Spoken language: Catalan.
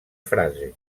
frase